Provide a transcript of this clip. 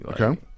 okay